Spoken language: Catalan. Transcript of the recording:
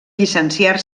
llicenciar